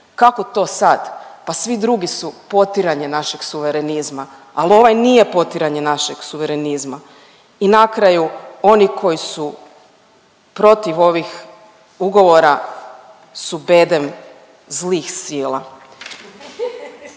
kao to sad, pa svi drugi su potiranje našeg suverenizma, al ovaj nije potiranje našeg suverenizma i na kraju oni koji su protiv ovih ugovora su bedem zlih sila.